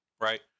right